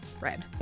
red